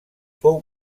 fou